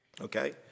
Okay